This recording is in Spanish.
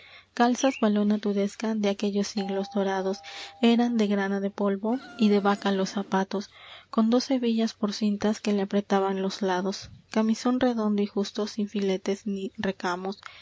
calzas valona tudesca de aquellos siglos dorados eran de grana de polvo y de vaca los zapatos con dos hebillas por cintas que le apretaban los lados camisón redondo y justo sin filetes ni recamos